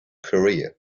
career